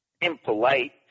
impolite